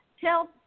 tell